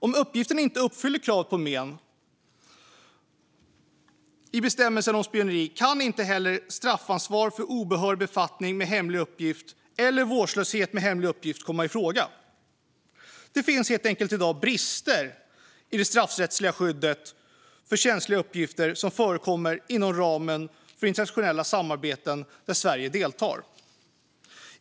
Om uppgiften inte uppfyller kravet på men i bestämmelsen om spioneri kan inte heller straffansvar för obehörig befattning med hemlig uppgift eller vårdslöshet med hemlig uppgift komma i fråga. Det finns helt enkelt i dag brister i det straffrättsliga skyddet för känsliga uppgifter som förekommer inom ramen för internationella samarbeten där Sverige deltar.